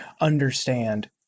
understand